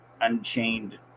unchained